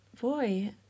boy